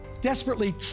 desperately